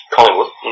Collingwood